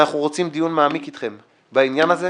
ואנחנו רוצים דיון מעמיק אתכם בעניין הזה,